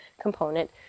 component